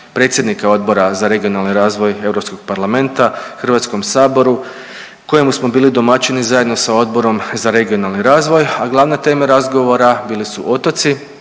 predsjednika Odbora za regionalni razvoj Europskog parlamenta Hrvatskom saboru kojemu smo bili domaćini zajedno sa Odborom za regionalni razvoj, ali glavna tema razgovora bili su otoci,